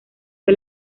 fue